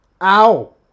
Ow